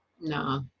no